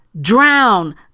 drown